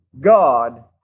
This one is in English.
God